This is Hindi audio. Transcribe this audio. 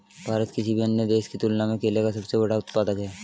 भारत किसी भी अन्य देश की तुलना में केले का सबसे बड़ा उत्पादक है